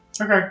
Okay